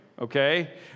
Okay